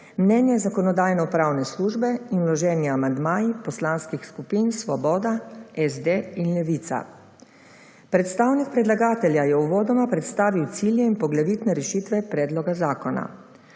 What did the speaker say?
mnenje Zakonodajno-pravne službe in vloženi amandmaji poslanskih skupin Svoboda, SD in Levica. Predstavnik predlagatelja je uvodoma predstavil cilje in poglavitne rešitve predloga zakona.